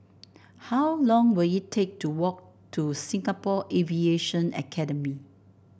how long will it take to walk to Singapore Aviation Academy